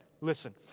Listen